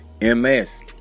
ms